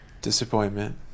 Disappointment